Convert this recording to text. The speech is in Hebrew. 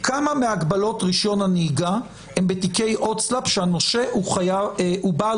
כמה מהגבלות רישיון הנהיגה הן בתיקי הוצאה לפועל שהנושה הוא מוסדי.